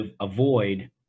avoid